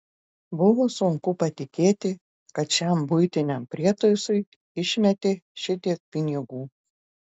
buvo sunku patikėti kad šiam buitiniam prietaisui išmetė šitiek pinigų